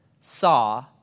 saw